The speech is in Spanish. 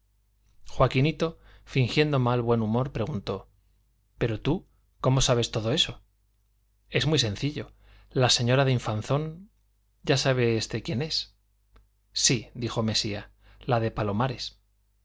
joaquinito fingiendo mal buen humor preguntó pero tú cómo sabes todo eso es muy sencillo la señora de infanzón ya sabe este quién es sí dijo mesía la de palomares